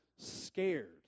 Scared